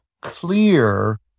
clear